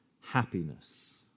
happiness